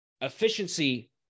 efficiency